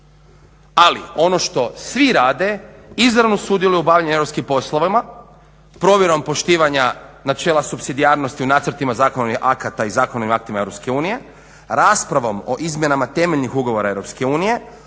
Ali, ono što svi rade, izravno sudjeluju u obavljanju europskih poslova, provjerom poštivanja načela supsidijarnosti u nacrtima zakonodavnih akata i zakonodavnim aktima EU, raspravom o izmjenama temeljnih ugovora EU,